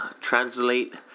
translate